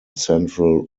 central